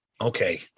Okay